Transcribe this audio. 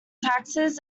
taxes